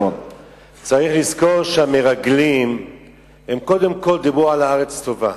צריך לזכור שהמרגלים קודם כול דיברו על הארץ טובה,